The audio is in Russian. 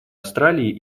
австралией